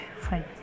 fine